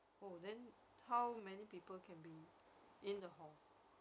oh then how many people can be in the hall